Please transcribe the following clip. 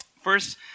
First